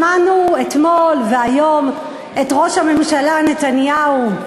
שמענו אתמול והיום את ראש הממשלה נתניהו,